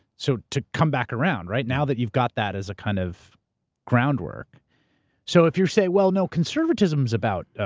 so to come back around, right? now that you've got that as a kind of ground work so if you're say, well, no, conservatism's about. ah